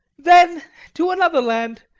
then to another land,